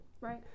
Right